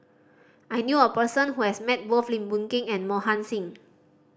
I knew a person who has met both Lim Boon Keng and Mohan Singh